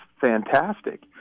fantastic